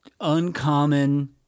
uncommon